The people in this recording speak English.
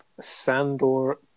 Sandor